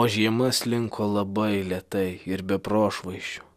o žiema slinko labai lėtai ir be prošvaisčių